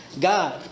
God